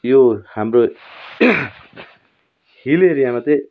यो हाम्रो हिल एरियामा चाहिँ